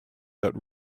that